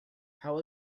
how